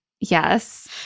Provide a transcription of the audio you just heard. Yes